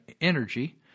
energy